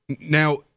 Now